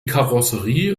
karosserie